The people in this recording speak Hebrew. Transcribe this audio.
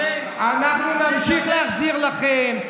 אנחנו נמשיך להחזיר לכם.